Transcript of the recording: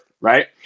right